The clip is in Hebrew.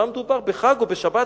היה מדובר בחג או בשבת,